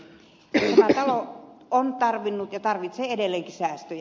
tämä talo on tarvinnut ja tarvitsee edelleenkin säästöjä